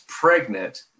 pregnant